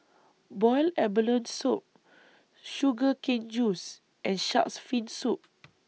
boiled abalone Soup Sugar Cane Juice and Shark's Fin Soup